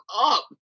up